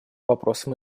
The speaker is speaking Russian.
вопросам